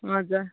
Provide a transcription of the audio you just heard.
हजुर